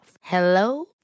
Hello